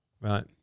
Right